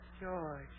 George